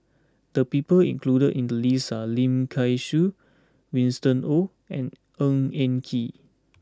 the people included in the list are Lim Kay Siu Winston Oh and Ng Eng Kee